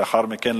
לאחר מכן,